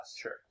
Sure